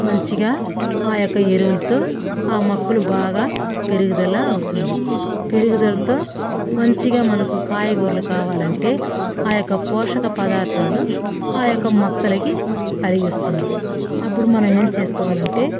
మంచిగా ఆ యొక్క ఎరువులతో ఆ మొక్కలు బాగా పెరుగుదల అవుతుంది పెరుగుదలతో మంచిగా మనకు కాయగూరలు కావాలంటే ఆ యొక్క పోషక పదార్ధాలు ఆ యొక్క మొక్కలకి కలిగిస్తుంది అప్పుడు మనం ఏం చేసుకోవాలంటే